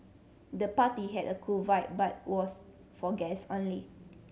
the party had a cool vibe but was for guest only